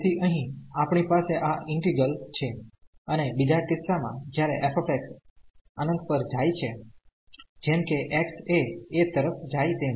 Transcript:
તેથી અહીં આપણી પાસે આ ઈન્ટિગ્રલ છે અને બીજા કિસ્સામાં જ્યારે f અનંત પર જાય છે જેમ કે x એ a તરફ જાય તેમ